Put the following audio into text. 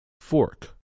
fork